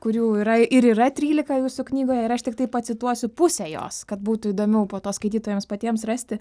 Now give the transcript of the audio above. kurių yra ir yra trylika jūsų knygoje ir aš tiktai pacituosiu pusę jos kad būtų įdomiau po to skaitytojams patiems rasti